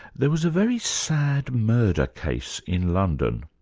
there was a very sad murder case in london.